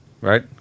Right